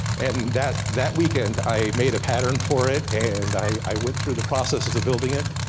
and that that weekend i made a pattern for it, and i went through the processes of building it.